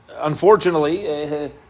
unfortunately